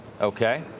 Okay